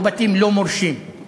או "בתים לא מורשים".